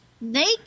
Naked